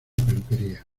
peluquería